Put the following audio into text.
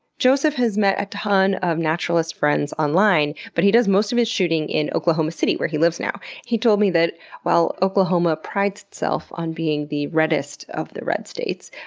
joseph has met a ton of naturalist friends online, but he does most of his shooting in oklahoma city, where he lives now. he told me that while oklahoma prides itself on being the reddest of the red states,